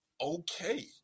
okay